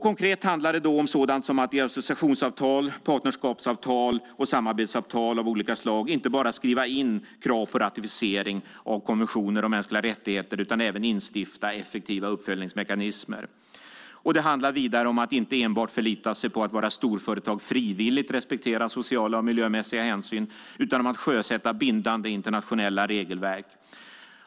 Konkret handlar det då om sådant som att i associationsavtal, partnerskapsavtal och samarbetsavtal av olika slag inte bara skriva in krav på ratificering av konventioner om mänskliga rättigheter utan även instifta effektiva uppföljningsmekanismer. Det handlar vidare om att inte enbart förlita sig på att våra storföretag frivilligt respekterar sociala och miljömässiga hänsyn utan om att sjösätta bindande internationella regelverk.